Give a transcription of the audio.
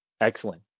Excellent